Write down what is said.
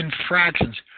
infractions